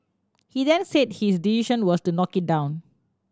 he then said his decision was to knock it down